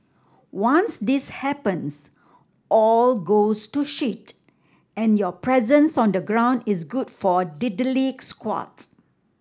once this happens all goes to shit and your presence on the ground is good for diddly squat